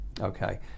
okay